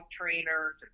trainer